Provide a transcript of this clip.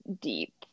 deep